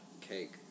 cake